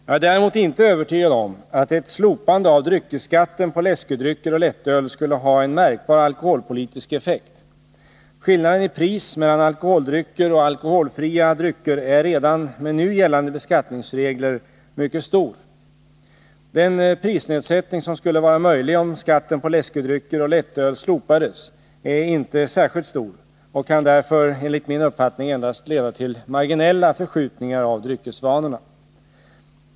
Jag är däremot inte övertygad om att ett slopande av dryckesskatten på läskedrycker och lättöl skulle ha en märkbar alkoholpolitisk effekt. Skillnaden i pris mellan alkoholdrycker och alkoholfria drycker är redan med nu gällande beskattningsregler mycket stor. Den prisnedsättning som skulle vara möjlig om skatten på läskedrycker och lättöl slopades är inte särskilt stor och kan därför enligt min uppfattning endast leda till marginella förskjutningar av dryckesvanorna.